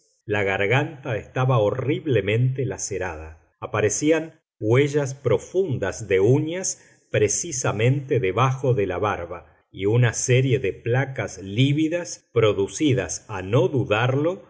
la garganta estaba horriblemente lacerada aparecían huellas profundas de uñas precisamente debajo de la barba y una serie de placas lívidas producidas a no dudarlo